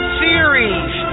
series